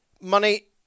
money